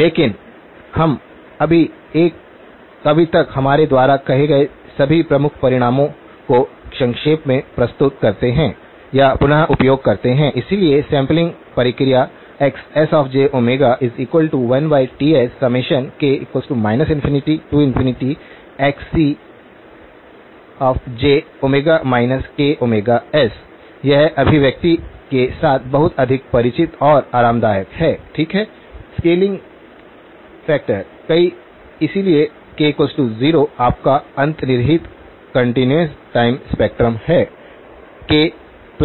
लेकिन हम अभी तक हमारे द्वारा कहे गए सभी प्रमुख परिणामों को संक्षेप में प्रस्तुत करते हैं या पुन उपयोग करते हैं इसलिए सैंपलिंग प्रक्रिया XsjΩ1Tsk ∞XcjΩ ks यह अभिव्यक्ति के साथ बहुत अधिक परिचित और आरामदायक है ठीक है स्केलिंग फैक्टर कई इसलिए k 0 आपका अंतर्निहित कंटीन्यूअस टाइम स्पेक्ट्रम है k